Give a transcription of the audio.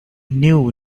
knew